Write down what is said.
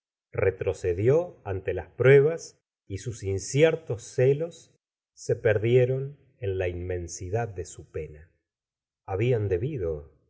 retrocedió ante las pruebas y sus inciertos celos se perdieron en la inmensidad de su pena chabian debido pensaba adorarla